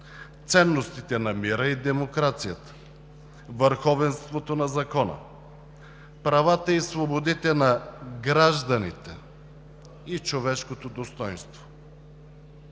ценностите на мира и демокрацията, върховенството на закона, правата и свободите на гражданите и човешкото достойнство.